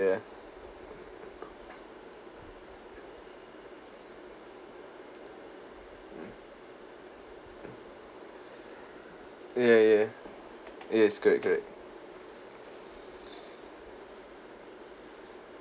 ya mm yeah yeah yes correct correct